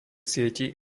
sietí